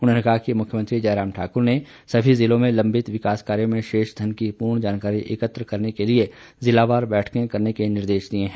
उन्होंने कहा कि मुख्यमंत्री जयराम ठाक्र ने सभी जिलों में लम्बित विकास कायोँ में शेष धन की पूर्ण जानकारी एकत्र करने के लिए जिलावार बैठकें करने के निर्देश दिए हैं